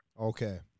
Okay